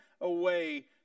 away